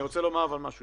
אני רוצה לומר משהו